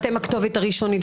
אתם הכתובת הראשונית.